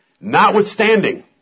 Notwithstanding